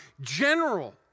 General